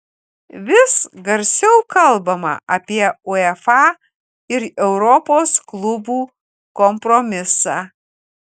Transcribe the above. vis garsiau kalbama apie uefa ir europos klubų kompromisą